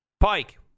Pike